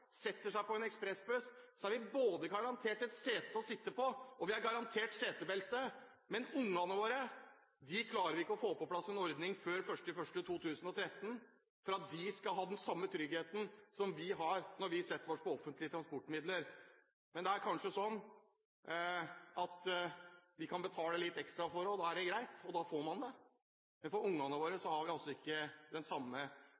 setter seg på en ekspressbuss, så er vi både garantert et sete å sitte på, og vi er garantert setebelte, men for ungene våre klarer vi ikke å få på plass en ordning før 1. januar 2013 for at de skal ha den samme tryggheten som vi har når vi setter oss på offentlige transportmidler. Men det er kanskje sånn at vi kan betale litt ekstra for det, og da er det greit, da får man det. Men for ungene våre vil vi altså ikke, eller får vi ikke til det samme,